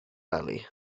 wely